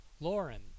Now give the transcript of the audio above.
Lauren